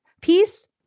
peace